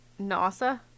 Nasa